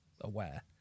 aware